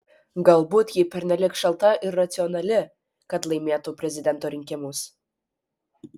galbūt ji pernelyg šalta ir racionali kad laimėtų prezidento rinkimus